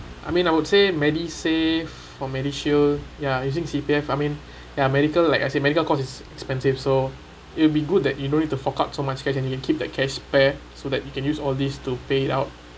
I mean I would say medisave for medishield ya using C_P_F I mean ya medical like I said medical cost is expensive so it will be good that you no need to fork out so much cash and you can keep that cash back so that you can use all these to pay out